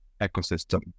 ecosystem